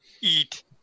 eat